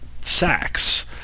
sex